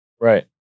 right